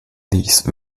these